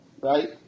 right